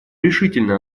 решительно